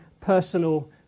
personal